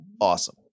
awesome